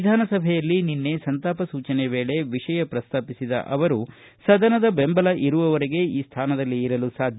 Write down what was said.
ವಿಧಾನಸಭೆಯಲ್ಲಿ ನಿನ್ನೆ ಸಂತಾಪ ಸೂಚನೆ ವೇಳೆ ವಿಷಯ ಪ್ರಸ್ತಾಪಿಸಿದ ಅವರು ಸದನದ ಬೆಂಬಲ ಇರುವವರೆಗೆ ಈ ಸ್ಥಾನದಲ್ಲಿ ಇರಲು ಸಾಧ್ಯ